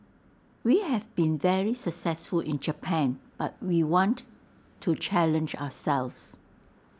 we have been very successful in Japan but we want to challenge ourselves